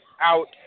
out